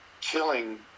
killing